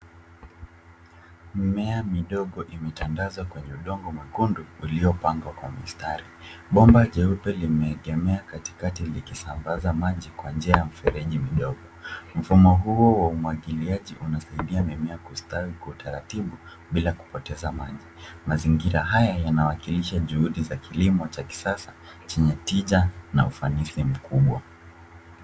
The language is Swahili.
Mimea midogo imetandazwa kwenye udongo mwekundu, uliopandwa kwa mistari. Bomba jeupe limeegemea katikati likisambaza maji kwa njia ya mfereji midogo. Mfumo huo wa umwagiliaji unasaidia mimea kustawi ,kwa utaratibu bila kupoteza maji. Mazingira haya yanawakilisha juhudi za kilimo cha kisasa ,chenye tija na ufanisi mkubwa.